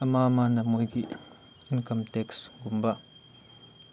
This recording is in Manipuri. ꯑꯃ ꯑꯃꯅ ꯃꯣꯏꯒꯤ ꯏꯟꯀꯝ ꯇꯦꯛꯁꯀꯨꯝꯕ